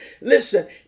Listen